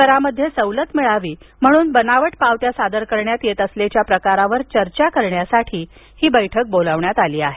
करामध्ये सवलत मिळावी म्हणून बनावट पावत्या सादर करण्यात येत असल्याच्या प्रकारावर चर्चा करण्यासाठी ही बैठक बोलाविण्यात आली आहे